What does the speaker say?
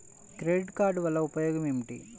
Credit card వల్ల ఉపయోగం ఏమిటీ?